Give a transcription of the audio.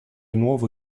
nuovo